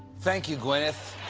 thank you, gwyneth.